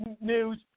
news